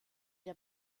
der